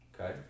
Okay